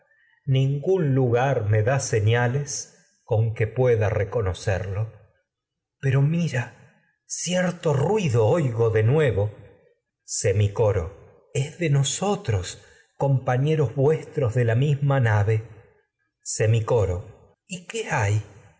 ningún lugar me da señales con que pue reconocerlo pero mira cierto ruido oigo de nuevo de semicoro es la misma nave nosotros compañeros vuestros de semicoro semicoro del y qué hay